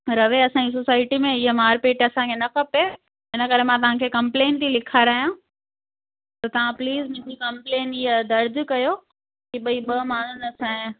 रहे असांजी सोसायटी में इअं मारपीट असांखे न खपे हिन करे मां तव्हांखे कंप्लेन थी लिखारायां त तव्हां प्लीज मुंहिंजी कंप्लेन हीअ दर्जु कयो की भई ॿ माण्हुनि असांजे